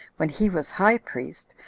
when he was high priest,